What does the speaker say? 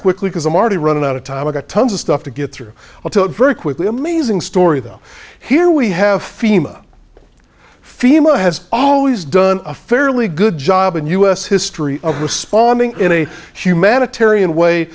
quickly because marty running out of time i got tons of stuff to get through very quickly amazing story though here we have fema fema has always done a fairly good job in u s history of responding in a humanitarian way